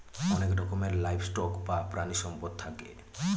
অনেক রকমের livestock বা প্রানীসম্পদ থাকে